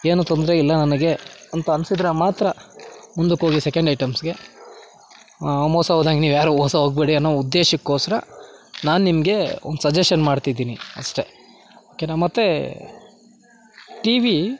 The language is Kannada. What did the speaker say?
ಏನು ತೊಂದರೆ ಇಲ್ಲ ನನಗೆ ಅಂತ ಅನಿಸಿದ್ರೆ ಮಾತ್ರ ಮುಂದಕ್ಕೋಗಿ ಸೆಕೆಂಡ್ ಐಟಮ್ಸ್ಗೆ ನಾವು ಮೋಸ ಹೋದಂಗ್ ನೀವ್ಯಾರು ಮೋಸ ಹೋಗ್ಬೇಡಿ ಅನ್ನೊ ಉದ್ದೇಶಕ್ಕೋಸ್ರ ನಾನು ನಿಮಗೆ ಒಂದು ಸಜೆಷನ್ ಮಾಡ್ತಿದ್ದೀನಿ ಅಷ್ಟೆ ಓಕೆನಾ ಮತ್ತೆ ಟಿ ವಿ